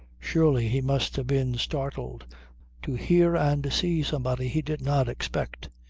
surely he must have been startled to hear and see somebody he did not expect.